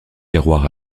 terroir